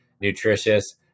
Nutritious